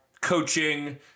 coaching